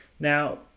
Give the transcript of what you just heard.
Now